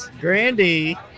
grandy